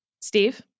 Steve